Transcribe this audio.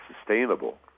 sustainable